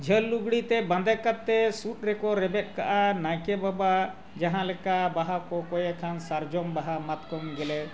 ᱡᱷᱟᱹᱞ ᱞᱩᱜᱽᱲᱤᱡ ᱛᱮ ᱵᱟᱸᱫᱮ ᱠᱟᱛᱮᱫ ᱥᱩᱫ ᱨᱮᱠᱚ ᱨᱮᱵᱮᱫ ᱠᱟᱜᱼᱟ ᱱᱟᱭᱠᱮ ᱵᱟᱵᱟ ᱡᱟᱦᱟᱸ ᱞᱮᱠᱟ ᱵᱟᱦᱟ ᱠᱚ ᱠᱚᱭᱮᱠᱷᱟᱱ ᱥᱟᱨᱡᱚᱢ ᱵᱟᱦᱟ ᱢᱟᱛᱠᱚᱢ ᱜᱮᱞᱮ